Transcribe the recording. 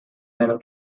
metal